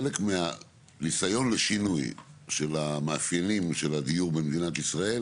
כי חלק מהניסיון לשינוי של המאפיינים של הדיור במדינת ישראל